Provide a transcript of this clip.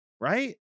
right